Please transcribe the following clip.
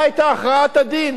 מה היתה הכרעת הדין.